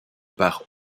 par